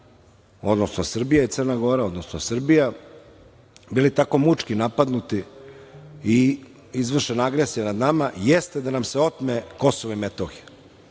odnosno Srbija i Crna Gora, odnosno Srbija, bili tako mučki napadnuti i izvršena agresija nad nama, jeste da nam se otme Kosovo i Metohija.